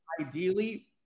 ideally